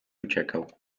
uciekał